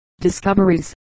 discoveries